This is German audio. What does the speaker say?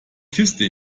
kisten